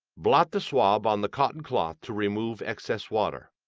blot the swab on the cotton cloth to remove excess water.